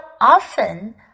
often